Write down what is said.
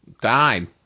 died